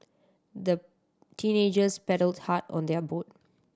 the teenagers paddled hard on their boat